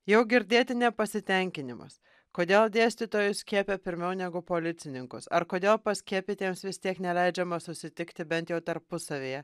jau girdėti nepasitenkinimas kodėl dėstytojus skiepija pirmiau negu policininkus ar kodėl paskiepytiems vis tiek neleidžiama susitikti bent jau tarpusavyje